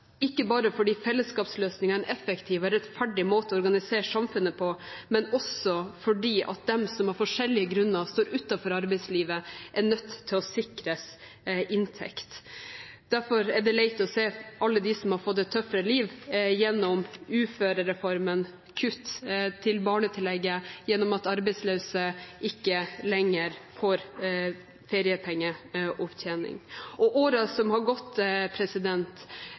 ikke bare fordi fellesskapsløsningene er en effektiv og rettferdig måte å organisere samfunnet på, men også fordi de som av forskjellige grunner står utenfor arbeidslivet, er nødt til å sikres inntekt. Derfor er det leit å se alle dem som har fått et tøffere liv gjennom uførereformen, gjennom kutt i barnetillegget og gjennom at arbeidsløse ikke lenger får feriepengeopptjening. Årene som har gått,